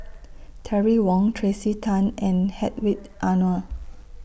Terry Wong Tracey Tan and Hedwig Anuar